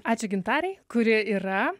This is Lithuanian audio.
ačiū gintarei kurie yra